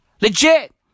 Legit